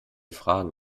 fragen